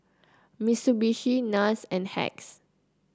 Mitsubishi NARS and Hacks